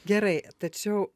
gerai tačiau